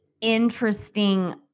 interesting